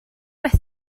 beth